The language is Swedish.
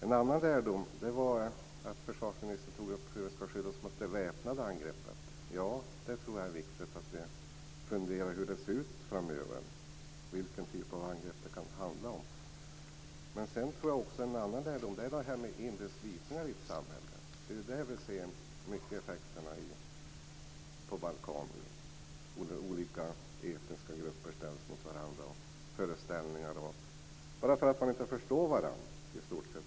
En annan lärdom gäller det som försvarsministern tog upp, nämligen hur man skall skydda sig mot väpnade angrepp. Jag tror att det är viktigt att vi funderar över hur det ser ut framöver, vilken typ av angrepp det kan handla om. Ytterligare en lärdom gäller inre slitningar i ett samhälle. Vi ser nu effekterna av sådana på Balkan. Olika etniska grupper ställs mot varandra bara för att de inte förstår varandra.